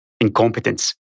incompetence